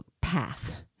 path